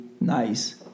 nice